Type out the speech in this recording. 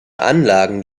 anlagen